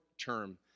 term